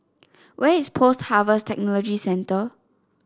where is Post Harvest Technology Centre